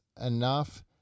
enough